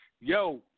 Yo